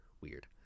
weird